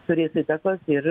turės įtakos ir